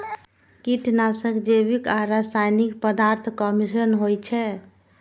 कीटनाशक जैविक आ रासायनिक पदार्थक मिश्रण होइ छै